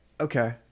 okay